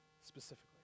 specifically